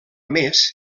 més